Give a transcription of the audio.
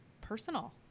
personal